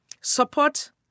support